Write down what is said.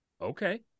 Okay